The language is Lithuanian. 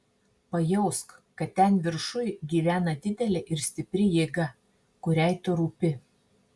pajausk kad ten viršuj gyvena didelė ir stipri jėga kuriai tu rūpi